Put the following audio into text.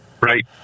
Right